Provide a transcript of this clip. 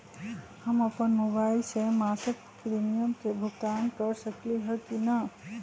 हम अपन मोबाइल से मासिक प्रीमियम के भुगतान कर सकली ह की न?